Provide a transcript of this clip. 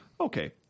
okay